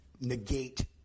negate